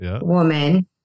woman